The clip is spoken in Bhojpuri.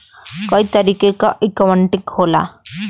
कई तरीके क इक्वीटी होला